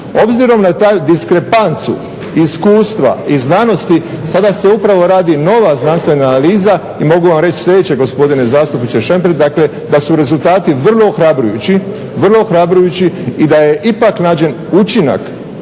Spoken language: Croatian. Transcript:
obzirom na tu diskrepancu iskustva i znanosti sada se upravo radi nova znanstvena analiza i mogu vam reći sljedeće gospodine zastupniče Šemper da su rezultati vrlo ohrabrujući i da je ipak nađen učinak